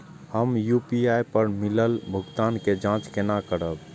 हम यू.पी.आई पर मिलल भुगतान के जाँच केना करब?